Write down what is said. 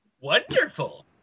Wonderful